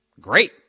great